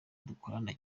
dukorana